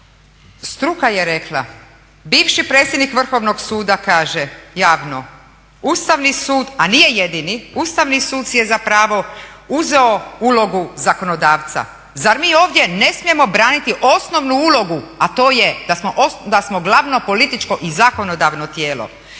Struka je rekla, bivši predsjednik Vrhovnog suda kaže javno Ustavni sud, a nije jedini, Ustavni sud si je za pravo uzeo ulogu zakonodavca. Zar mi ovdje ne smijemo braniti osnovnu ulogu, a to je da smo glavno političko i zakonodavno tijelo?